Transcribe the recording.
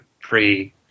pre